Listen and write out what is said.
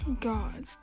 god